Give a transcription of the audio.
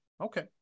Okay